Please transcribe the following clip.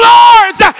lords